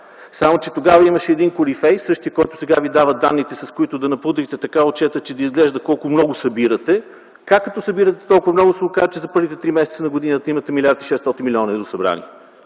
Само че тогава имаше един корифей, същият, който сега ви дава данните, с които да напудрите така отчета, че да изглежда колко много събирате. Как, като събирате толкова много, се оказа, че за първите три месеца на годината имате 1 милиард.